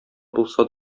булса